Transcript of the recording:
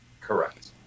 correct